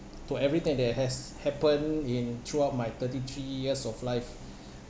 to everything that has happened in throughout my thirty three years of life